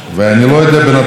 התייחסת לזה,